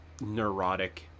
neurotic